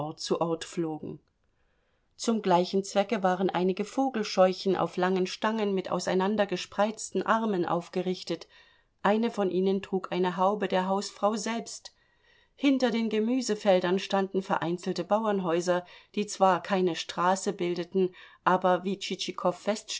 zu ort flogen zum gleichen zwecke waren einige vogelscheuchen auf langen stangen mit auseinandergespreizten armen aufgerichtet eine von ihnen trug eine haube der hausfrau selbst hinter den gemüsefeldern standen vereinzelte bauernhäuser die zwar keine straße bildeten aber wie